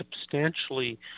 substantially